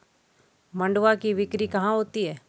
मंडुआ की बिक्री कहाँ होती है?